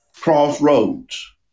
Crossroads